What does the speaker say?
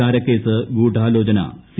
ചാരക്കേസ് ഗൂഢാലോചന സി